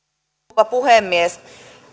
rouva puhemies